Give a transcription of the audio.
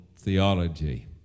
theology